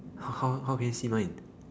how how can you see mine